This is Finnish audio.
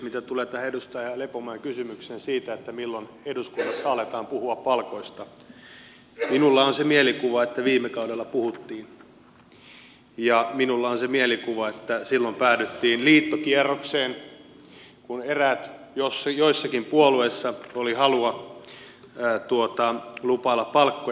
mitä tulee tähän edustaja lepomäen kysymykseen siitä milloin eduskunnassa aletaan puhua palkoista minulla on se mielikuva että viime kaudella puhuttiin ja minulla on se mielikuva että silloin päädyttiin liittokierrokseen kun joissakin puolueissa eräillä oli halua lupailla palkkoja